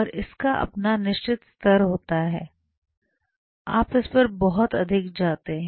और इसका अपना निश्चित स्तर होता है आप इस पर बहुत अधिक जाते हैं